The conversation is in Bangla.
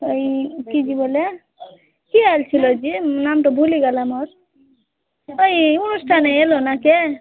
ওই কি জি বলে সিরিয়াল ছিলো যে নামটা ভুলে গেলাম ওর ওই অনুষ্ঠানে এলো না কে